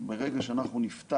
ברגע שאנחנו נפתח